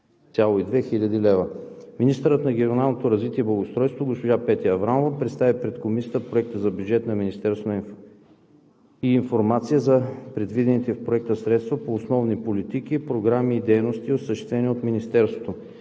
110,2 хил. лв. Министърът на регионалното развитие и благоустройството госпожа Петя Аврамова представи пред Комисията Проекта за бюджет на министерството и информация за предвидените в Проекта средства по основните политики, програми и дейностите, осъществявани от Министерството.